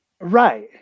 Right